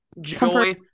Joy